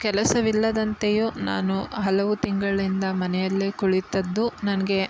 ಕೆಲಸವಿಲ್ಲದಂತೆಯೂ ನಾನು ಹಲವು ತಿಂಗಳಿಂದ ಮನೆಯಲ್ಲೇ ಕುಳಿತದ್ದು ನನಗೆ